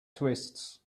twists